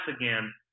again